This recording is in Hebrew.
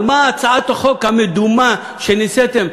על מה הצעת החוק המדומה שניסיתם,